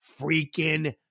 freaking